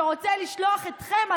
שרוצה לשלוח אתכם,